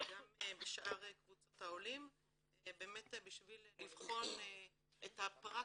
גם בשאר קבוצות העולים בשביל לבחון את הפרקטיות.